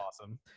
awesome